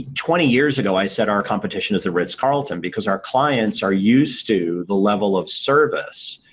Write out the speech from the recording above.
twenty years ago, i said our competition is the ritz-carlton because our clients are used to the level of service